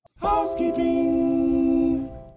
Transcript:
Housekeeping